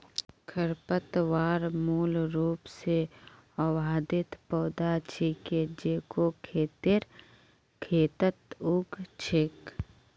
खरपतवार मूल रूप स अवांछित पौधा छिके जेको खेतेर खेतत उग छेक